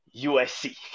USC